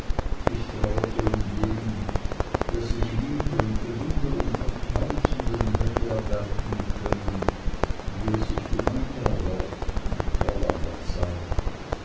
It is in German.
ich trauerte um den der sich die liebe und bewunderung von tausenden hätte erwerben können wie er sich die meine gewonnen vor langer zeit